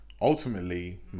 Ultimately